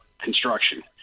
construction